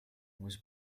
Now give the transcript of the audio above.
was